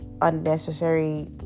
unnecessary